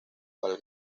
cual